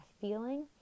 feeling